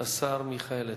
השר מיכאל איתן.